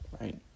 right